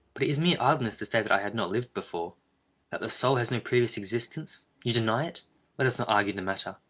but it is mere idleness to say that i had not lived before that the soul has no previous existence. you deny it let us not argue the matter.